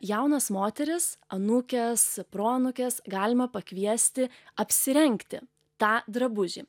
jaunas moteris anūkes proanūkes galima pakviesti apsirengti tą drabužį